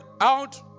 out